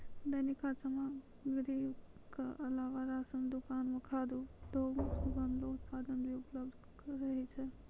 दैनिक खाद्य सामग्री क अलावा राशन दुकान म खाद्य उद्योग सें बनलो उत्पाद भी उपलब्ध रहै छै